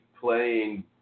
playing